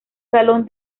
salón